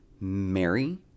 Mary